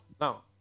Now